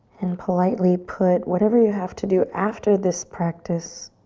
and politely put whatever you have to do after this practice